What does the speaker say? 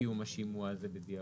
לקיום השימוע הזה בדיעבד.